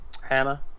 Hannah